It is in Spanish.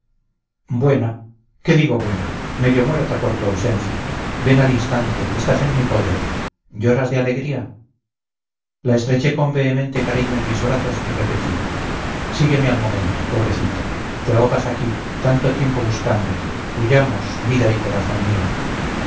buena qué digo buena medio muerta por tu ausencia ven al instante estás en mi poder lloras de alegría la estreché con vehemente cariño en mis brazos y repetí sígueme al momento pobrecita te ahogas aquí tanto tiempo buscándote huyamos vida y corazón mío